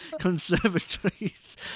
conservatories